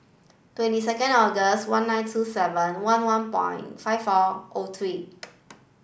twenty second August one nine two seven one one point five four O three